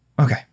Okay